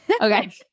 Okay